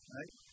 Right